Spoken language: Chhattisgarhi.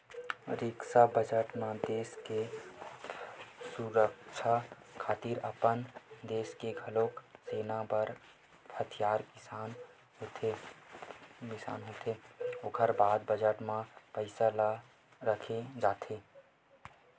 रक्छा बजट म देस के सुरक्छा खातिर आन देस ले घलोक सेना बर हथियार बिसाना होथे ओखर बर बजट म पइसा ल रखे जाथे